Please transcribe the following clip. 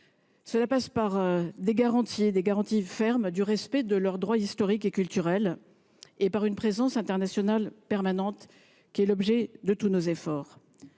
Cela passe par des garanties fermes sur le respect de leurs droits historiques et culturels, ainsi que par une présence internationale permanente, qui est l’objet de tous nos efforts.